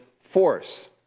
force